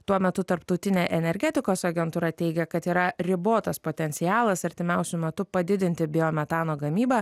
tuo metu tarptautinė energetikos agentūra teigia kad yra ribotas potencialas artimiausiu metu padidinti biometano gamybą